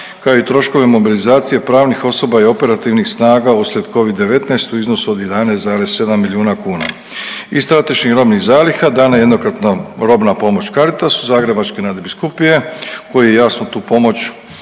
kao i troškove mobilizacije pravnih osoba i operativnih snaga uslijed covid-19 u iznosu od 11,7 milijuna kuna. Iz strateških robnih zaliha dana je jednokratna robna pomoć Caritasu Zagrebačke nadbiskupije koji je jasno tu pomoć